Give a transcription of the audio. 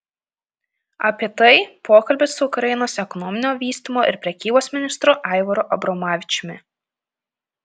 apie tai pokalbis su ukrainos ekonominio vystymo ir prekybos ministru aivaru abromavičiumi